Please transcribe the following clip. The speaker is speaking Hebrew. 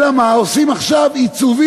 אלא מה, עושים עכשיו עיצובים,